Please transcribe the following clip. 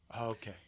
Okay